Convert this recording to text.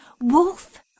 wolf